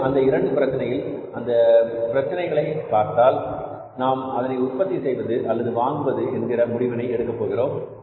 மேலும் உள்ள இரண்டு பிரச்சினைகளில் அந்த இரண்டு பிரச்சினைகளையும் பார்த்தால் நாம் அதனை உற்பத்தி செய்வது அல்லது வாங்குவது என்கிற முடிவினை எடுக்க போகிறோம்